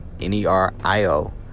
N-E-R-I-O